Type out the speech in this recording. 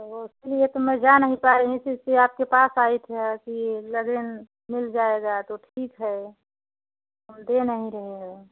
तो उसके लिए मैं जा नहीं पाई इसी से आपके पास आई थे हाँ कि लगे मिल जाएगा तो ठीक है तुम दे नहीं रहे हो